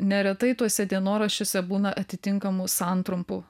neretai tuose dienoraščiuose būna atitinkamų santrumpų